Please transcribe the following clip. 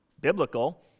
biblical